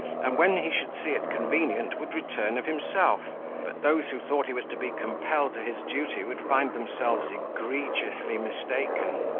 and, when he should see it convenient, would return of himself but those who thought he was to be compelled to his duty, would find themselves egregiously mistaken.